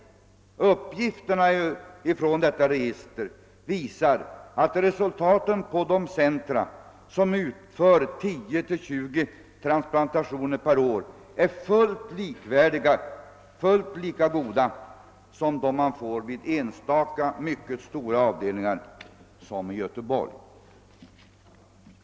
Uppgifterna i detta register visar att resultaten på de centra som utför 10—20 transplantationer per år är fullt ut lika goda som de man får vid enstaka mycket stora avdelningar såsom den i Göteborg.